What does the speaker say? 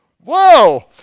Whoa